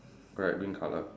correct green colour